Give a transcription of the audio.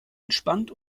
entspannt